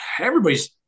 Everybody's